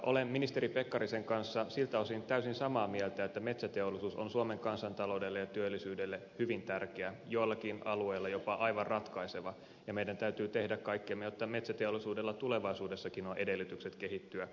olen ministeri pekkarisen kanssa siltä osin täysin samaa mieltä että metsäteollisuus on suomen kansantaloudelle ja työllisyydelle hyvin tärkeä joillakin alueilla jopa aivan ratkaiseva ja meidän täytyy tehdä kaikkemme jotta metsäteollisuudella tulevaisuudessakin on edellytykset kehittyä ja kasvaa